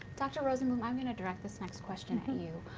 dr. rosenblum, i'm gonna direct this next question at you.